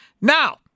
Now